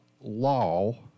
law